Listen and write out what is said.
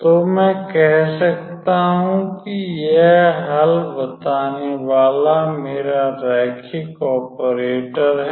तो मैं कह सकता हूं कि यह हल बताने वाला मेरा रैखिक ऑपरेटर है